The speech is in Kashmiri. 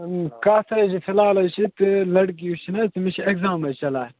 کَتھ حظ چھِ فَلحال حظ چھِ تہٕ لٔڑکی یُس چھِنہٕ حظ تٔمِس چھِ ایٚکزام حظ چَلان